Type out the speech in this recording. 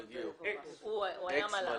זאב ווה צוק רם כאן.